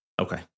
Okay